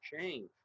change